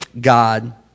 God